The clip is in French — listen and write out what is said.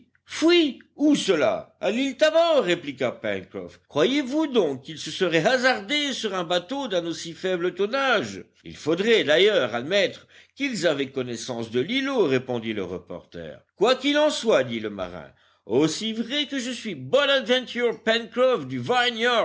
fui où cela à l'île tabor répliqua pencroff croyez-vous donc qu'ils se seraient hasardés sur un bateau d'un aussi faible tonnage il faudrait d'ailleurs admettre qu'ils avaient connaissance de l'îlot répondit le reporter quoi qu'il en soit dit le marin aussi vrai que je suis bonadventure pencroff du